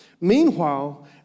Meanwhile